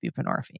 buprenorphine